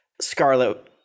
Scarlet